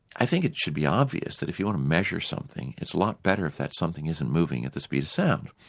i think it should be obvious that if you want to measure something it's a lot better if that something isn't moving at the speed of sound.